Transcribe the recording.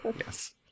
Yes